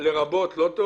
"לרבות" זה לא טוב?